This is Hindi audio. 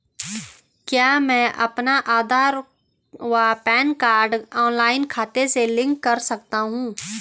क्या मैं अपना आधार व पैन कार्ड ऑनलाइन खाते से लिंक कर सकता हूँ?